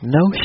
No